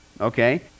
okay